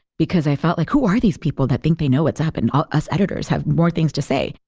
because i felt like who are these people that think they know what's happened? ah us, editors, have more things to say.